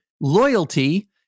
loyalty